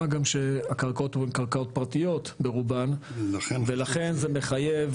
מה גם שהקרקעות הן קרקעות פרטיות ברובן ולכן זה מחייב,